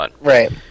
Right